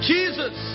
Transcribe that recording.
Jesus